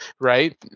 right